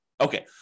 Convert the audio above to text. Okay